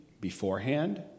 beforehand